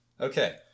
Okay